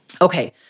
Okay